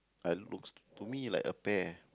uh looks to me like a pear